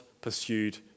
pursued